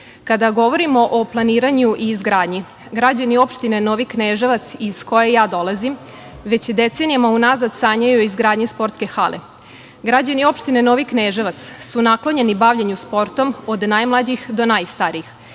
govorimo o planiranju i izgradnji, građani Opštine Novi Kneževac, iz koje ja dolazim, već decenijama unazad sanjaju o izgradnji sportske hale. Građani Opštine Novi Kneževac su naklonjeni bavljenju sportom od najmlađih do najstarijih,